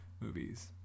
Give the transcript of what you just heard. movies